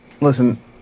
Listen